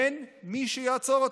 אין מי שיעצור אותו.